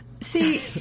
See